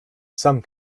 some